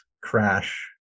crash